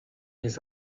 his